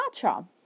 matcha